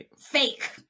fake